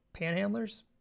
panhandlers